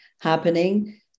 happening